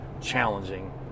challenging